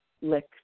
lick